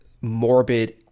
morbid